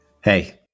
Hey